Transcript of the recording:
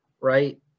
right